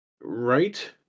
Right